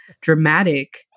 dramatic